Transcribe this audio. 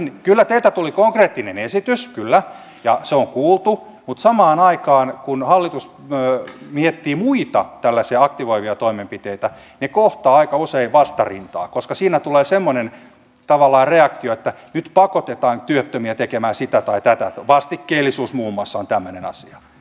kyllä teiltä tuli konkreettinen esitys kyllä ja se on kuultu mutta samaan aikaan kun hallitus miettii muita tällaisia aktivoivia toimenpiteitä ne kohtaavat aika usein vastarintaa koska siinä tulee tavallaan semmoinen reaktio että nyt pakotetaan työttömiä tekemään sitä tai tätä vastikkeellisuus muun muassa on tämmöinen asia